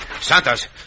Santos